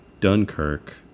Dunkirk